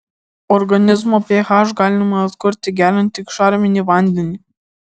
organizmo ph galima atkurti geriant tik šarminį vandenį